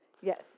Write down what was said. Yes